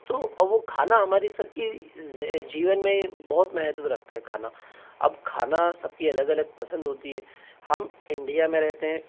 तो वो खाना हमारी सबकी जीवन में बहुत महत्व रखता है खाना अब खाना सबकी अलग अलग पसंद होती है हम इंडिया में रहते हैं